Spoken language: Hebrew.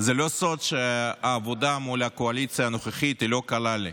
זה לא סוד שהעבודה מול הקואליציה הנוכחית היא לא קלה לי,